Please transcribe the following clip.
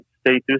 status